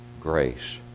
grace